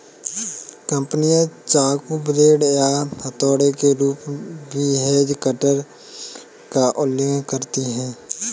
कंपनियां चाकू, ब्लेड या हथौड़े के रूप में भी हेज कटर का उल्लेख करती हैं